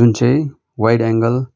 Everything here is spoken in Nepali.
जुन चाहिँ वाइड एङ्गल